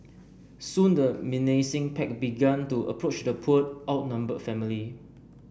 soon the menacing pack began to approach the poor outnumbered family